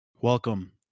welcome